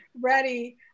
ready